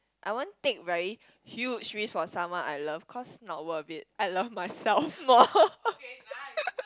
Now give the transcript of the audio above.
I won't take very huge risk for someone I love cause not worth it I love myself more